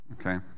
okay